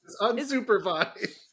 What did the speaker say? Unsupervised